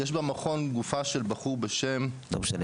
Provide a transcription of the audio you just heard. יש במכון גופה של בחור בשם --- לא משנה,